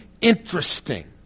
interesting